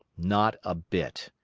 not a bit.